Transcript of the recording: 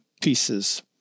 pieces